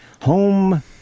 Home